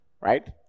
right